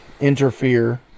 Interfere